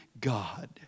God